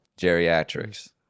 Geriatrics